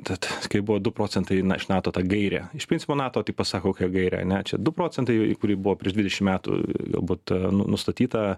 tad kai buvo du procentai na iš nato ta gairė iš principo nato tai pasako kai gairę ane čia du procentai į į kurį buvo prieš dvidešimt metų galbūt nu nustatyta